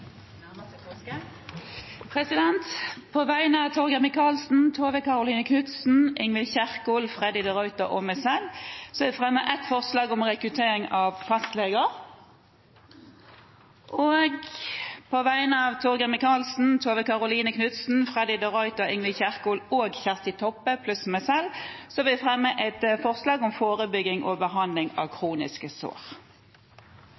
På vegne av Torgeir Micaelsen, Tove Karoline Knutsen, Ingvild Kjerkol, Freddy de Ruiter og meg selv vil jeg fremme et forslag om rekruttering til primærhelsetjenesten, og på vegne av Torgeir Micaelsen, Tove Karoline Knutsen, Freddy de Ruiter, Ingvild Kjerkol, Kjersti Toppe og meg selv vil jeg fremme et forslag om forebygging og behandling av